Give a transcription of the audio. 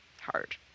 hard